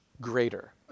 greater